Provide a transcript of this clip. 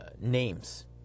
names